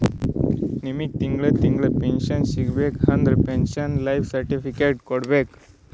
ನಿಮ್ಮಗ್ ತಿಂಗಳಾ ತಿಂಗಳಾ ಪೆನ್ಶನ್ ಸಿಗಬೇಕ ಅಂದುರ್ ಪೆನ್ಶನ್ ಲೈಫ್ ಸರ್ಟಿಫಿಕೇಟ್ ಕೊಡ್ಬೇಕ್